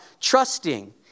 trusting